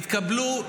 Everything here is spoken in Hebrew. התקבלו,